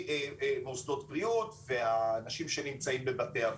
מוסדות בריאות והאנשים שנמצאים בבתי אבות.